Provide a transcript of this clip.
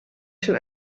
schon